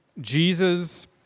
Jesus